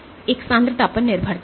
एक सांद्रता पर निर्भरता थी